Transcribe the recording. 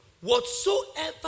Whatsoever